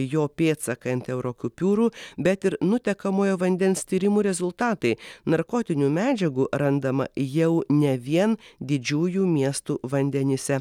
jo pėdsakai ant euro kupiūrų bet ir nutekamojo vandens tyrimų rezultatai narkotinių medžiagų randama jau ne vien didžiųjų miestų vandenyse